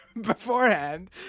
beforehand